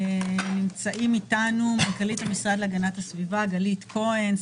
נמצאים אתנו מנכ"לית המשרד להגנת הסביבה גלית כהן,